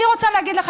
אני רוצה להגיד לך,